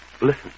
Listen